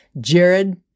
Jared